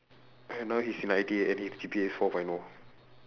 and now he's in I_T_E and his G_P_A is four point O